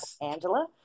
Angela